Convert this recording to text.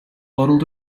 waddled